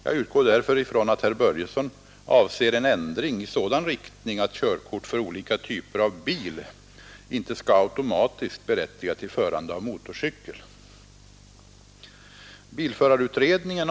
Jag utgår därför ifrån att herr Börjesson avser en ändring i sådan riktning att körkort för olika typer av bil inte skall automatiskt berättiga till förande av motorcykel.